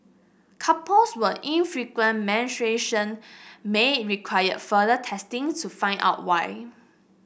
couples with infrequent menstruation may require further testing to find out why